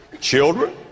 Children